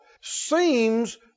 seems